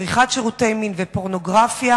צריכת שירותי מין ופורנוגרפיה,